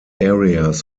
areas